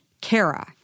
Kara